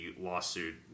lawsuit